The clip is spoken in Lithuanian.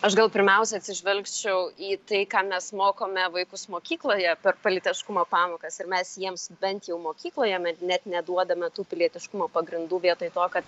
aš gal pirmiausia atsižvelgčiau į tai ką mes mokome vaikus mokykloje per politiškumo pamokas ir mes jiems bent jau mokykloje net neduodame tų pilietiškumo pagrindų vietoj to kad